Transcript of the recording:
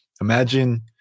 imagine